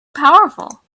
powerful